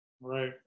Right